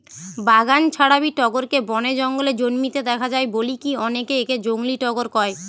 বাগান ছাড়াবি টগরকে বনে জঙ্গলে জন্মিতে দেখা যায় বলিকি অনেকে একে জংলী টগর কয়